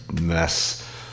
mess